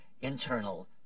internal